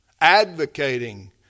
advocating